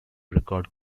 record